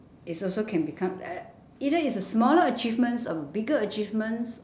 is also can become uh either is a smaller achievements or bigger achievements